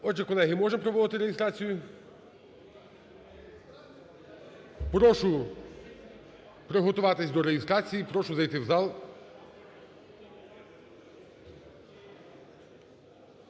Отже, колеги, можемо проводити реєстрацію? Прошу приготуватись до реєстрації, прошу зайти в зал.